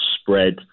spread